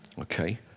Okay